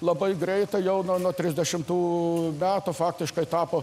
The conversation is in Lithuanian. labai greitai jau nuo trisdešimtų metų faktiškai tapo